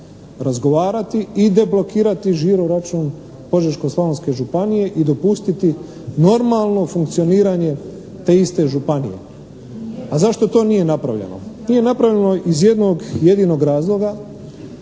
razgovarati i deblokirati žiro-račun Požeško-slavonske županije i dopustiti normalno funkcioniranje te iste županije. A zašto to nije napravljeno? Nije napravljeno iz jednog jedinog